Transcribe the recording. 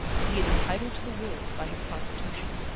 but he is entitled to the world by his constitution.